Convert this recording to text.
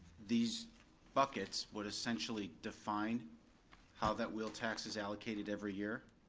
these buckets would essentially define how that wheel tax is allocated every year.